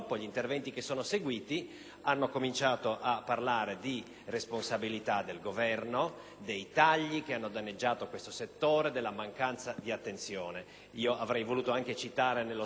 hanno cominciato a parlare di responsabilità del Governo, dei tagli che hanno danneggiato questo settore, della mancanza di attenzione. Avrei voluto anche citare nello specifico quanto è stato detto,